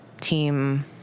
team